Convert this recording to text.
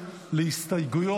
בסדר גמור.